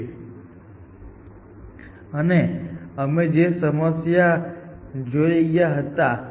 પરંતુ જ્યારે તમે કલોઝ લિસ્ટ માં બચત કરવા માંગો છો જ્યારે કલોઝ લિસ્ટ ઓપન લિસ્ટ કરતા મોટી સમસ્યા બની જાય છે ત્યારે અહીં કેટલીક સમસ્યા છે